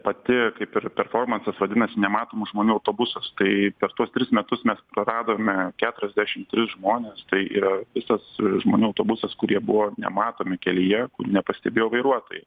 pati kaip ir performansas vadinasi nematomų žmonių autobusas tai per tuos tris metus mes praradome keturiasdešim tris žmones tai yra visas žmonių autobusas kurie buvo nematomi kelyje nepastebėjo vairuotojai